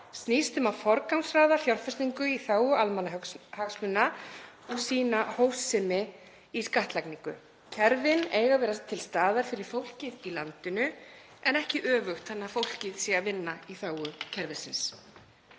snýst um að forgangsraða fjárfestingu í þágu almannahagsmuna, að sýna hófsemi í skattlagningu. Kerfin eiga að vera til staðar fyrir fólkið í landinu en ekki öfugt þannig að fólkið sé að vinna í þágu kerfisins.